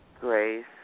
Grace